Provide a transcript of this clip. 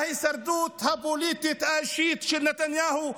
ההישרדות הפוליטית האישית של נתניהו,